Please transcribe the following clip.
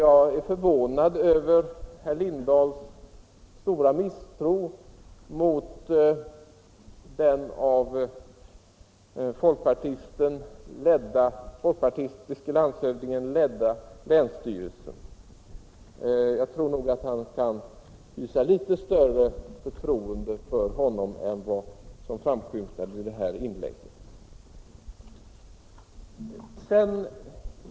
Jag är förvånad över herr Lindahls stora misstro mot den av den folkpartistiske landshövdingen ledda länsstyrelsen. Jag tror nog att han kan visa litet större förtroende för honom än vad som framskymtar i det senaste inlägget.